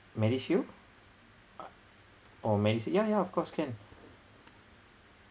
medishield oh medis~ yeah yeah of course can